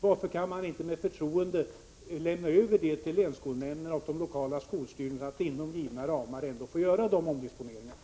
Varför kan man inte med förtroende lämna över till länsskolnämnderna och de lokala skolmyndigheterna att inom givna ramar göra dessa omdisponeringar?